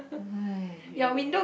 !aiyo!